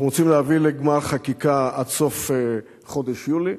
אנחנו רוצים להביא לגמר חקיקה עד סוף חודש יולי.